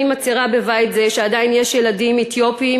אני מצהירה בבית זה שעדיין יש ילדים אתיופים